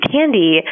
Candy